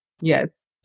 Yes